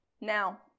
Now